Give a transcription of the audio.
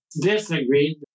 disagreed